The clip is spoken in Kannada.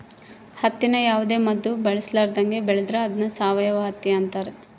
ಹತ್ತಿನ ಯಾವುದೇ ಮದ್ದು ಬಳಸರ್ಲಾದಂಗ ಬೆಳೆದ್ರ ಅದ್ನ ಸಾವಯವ ಹತ್ತಿ ಅಂತಾರ